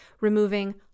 removing